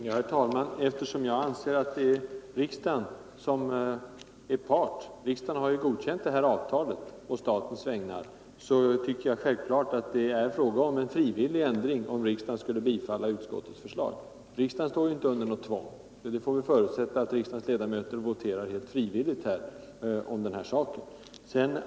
Herr talman! Eftersom jag anser att det är riksdagen som är part — riksdagen har ju godkänt det här avtalet på statens vägnar — tycker jag självfallet att det är fråga om en frivillig ändring, om riksdagen skulle bifalla utskottets förslag. Riksdagen står ju inte under något tvång, utan vi får förutsätta att ledamöterna röstar frivilligt i detta ärende liksom i andra.